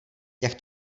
jak